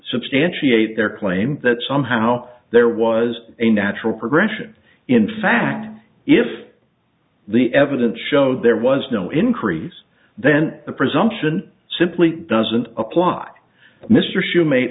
substantiate their claim that somehow there was a natural progression in fact if the evidence showed there was no increase then the presumption simply doesn't apply mr shumate